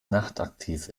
nachtaktiv